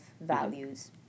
values